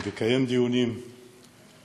1. לקיים דיונים כלליים,